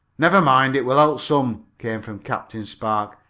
never mind, it will help some, came from captain spark,